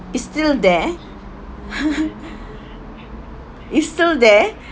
it's still there it's still there